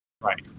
Right